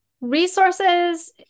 resources